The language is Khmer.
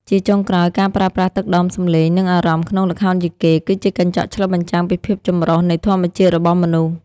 ជាចុងក្រោយ ការប្រើប្រាស់ទឹកដមសំឡេង និងអារម្មណ៍ក្នុងល្ខោនយីកេ គឺជាកញ្ចក់ឆ្លុះបញ្ចាំងពីភាពចម្រុះនៃធម្មជាតិរបស់មនុស្ស។